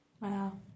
Wow